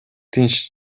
тынч